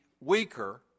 weaker